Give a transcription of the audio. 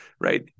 right